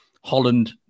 Holland